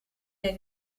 der